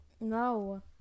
No